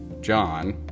John